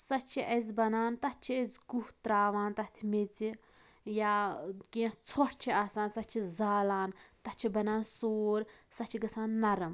سۄ چھِ اَسہِ بَنان تَتھ چھِ أسۍ گُہہ ترٛاوان تَتھ میٚژِ یا کینٛہہ ژھۄٹھ چھِ آسان سۄ چھِ زالان تَتھ چھِ بَنان سوٗر سۄ چھِ گژھان نَرم